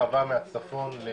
שהתרחבה מהצפון.